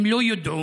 הם לא ידעו,